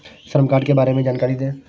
श्रम कार्ड के बारे में जानकारी दें?